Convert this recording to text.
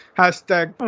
hashtag